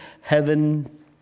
heaven